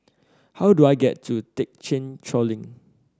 how do I get to Thekchen Choling